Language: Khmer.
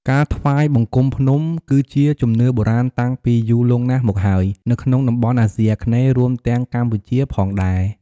ការថ្វាយបង្គំភ្នំ គឺជាជំនឿបុរាណតាំងពីយូរលង់ណាស់មកហើយនៅក្នុងតំបន់អាស៊ីអាគ្នេយ៍ រួមទាំងកម្ពុជាផងដែរ។